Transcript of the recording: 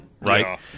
right